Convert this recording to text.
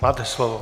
Máte slovo.